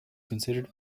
considered